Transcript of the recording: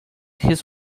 his